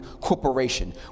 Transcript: corporation